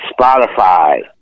spotify